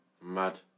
Mad